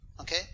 Okay